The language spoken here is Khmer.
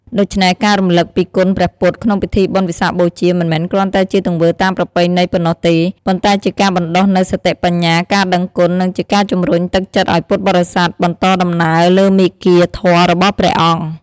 ដូច្នេះ ការរំលឹកពីគុណព្រះពុទ្ធក្នុងពិធីបុណ្យវិសាខបូជា មិនមែនគ្រាន់តែជាទង្វើតាមប្រពៃណីប៉ុណ្ណោះទេ ប៉ុន្តែជាការបណ្ដុះនូវសតិបញ្ញា ការដឹងគុណ និងជាការជំរុញទឹកចិត្តឱ្យពុទ្ធបរិស័ទបន្តដំណើរលើមាគ៌ាធម៌របស់ព្រះអង្គ។